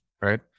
right